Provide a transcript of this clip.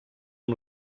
amb